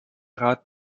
rat